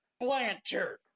Blanchard